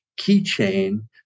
keychain